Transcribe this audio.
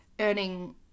earning